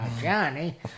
Johnny